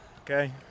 Okay